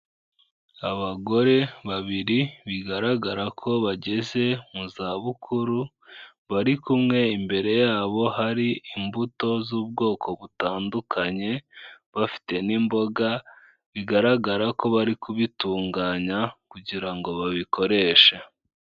Abagore babiri bigaragara ko bageze mu zabukuru, bari kumwe imbere yabo hari imbuto z'ubwoko butandukanye, bafite n'imboga, bigaragara ko bari kubitunganya kugira ngo babikoreshe.